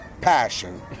passion